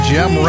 Gem